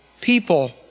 people